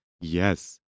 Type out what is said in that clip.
Yes